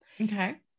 Okay